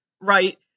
right